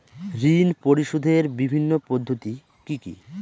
ঋণ পরিশোধের বিভিন্ন পদ্ধতি কি কি?